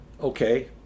Okay